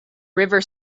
river